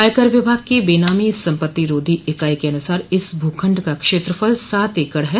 आयकर विभाग की बेनामी सम्पत्ति रोधी इकाई के अनुसार इस भूखण्ड का क्षेत्रफल सात एकड़ है